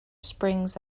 springs